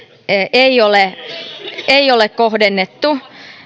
ei ole kohdennettu